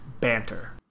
BANTER